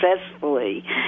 successfully